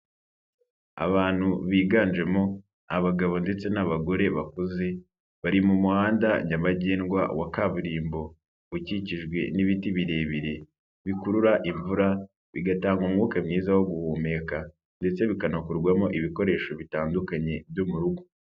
Abantu biganjemo abagabo ndetse n'abagore bakuze bari mu muhanda nyabagendwa wa kaburimbo, ukikijwe n'ibiti birebire bikurura imvura, bigatanga umwuka mwiza wo guhumeka ndetse bikanakorwamo ibikoresho bitandukanye byo mu rugo.